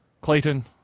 Clayton